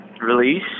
release